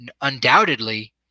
undoubtedly